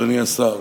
אדוני השר,